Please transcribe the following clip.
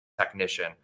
Technician